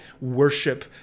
worship